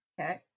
Okay